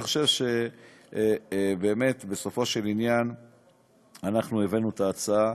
אני חושב שבסופו של עניין אנחנו הבאנו הצעה